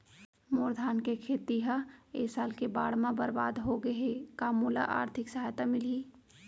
मोर धान के खेती ह ए साल के बाढ़ म बरबाद हो गे हे का मोला आर्थिक सहायता मिलही?